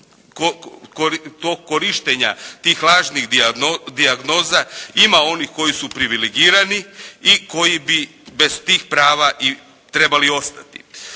tog korištenja tih lažnih dijagnoza ima onih koji su privilegirani i koji bi bez tih prava trebali i ostati.